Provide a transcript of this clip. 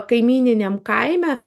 kaimyniniam kaime